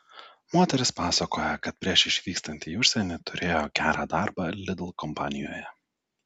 moteris pasakoja kad prieš išvykstant į užsienį turėjo gerą darbą lidl kompanijoje